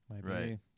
Right